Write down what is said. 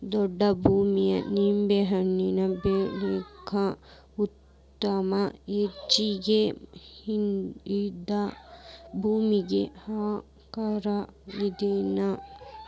ಗೊಡ್ಡ ಭೂಮಿ ನಿಂಬೆಹಣ್ಣ ಬೆಳ್ಯಾಕ ಉತ್ತಮ ಹೆಚ್ಚಾಗಿ ಹಿಂತಾ ಭೂಮಿಗೆ ಹಾಕತಾರ ಇದ್ನಾ